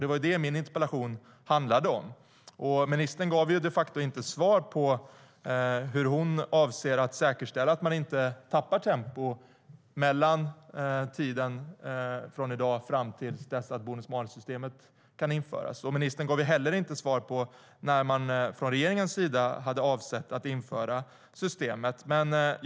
Det är detta min interpellation handlar om, men ministern gav inte svar på hur hon avser att säkerställa att vi inte tappar tempo mellan i dag och fram till att bonus-malus-systemet införs. Ministern gav inte heller svar på när regeringen hade avsett att införa systemet.